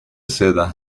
seda